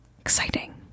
exciting